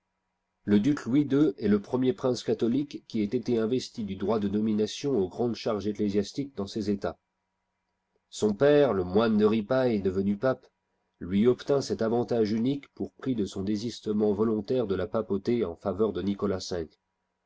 le duc louis ii est le premier prince catholique qui ait été investi du droit de nomination aux grandes charges ecclésiastiques dans ses états son père le moine de ripaille devenu pape lui obtint cet avantage unique pour prix de son désistement volontaire de la papauté en faveur de nicolas